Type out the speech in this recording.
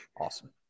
awesome